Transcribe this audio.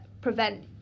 prevent